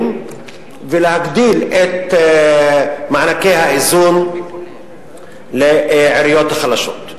ולהגדיל את מענקי האיזון לעיריות החלשות.